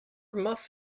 muff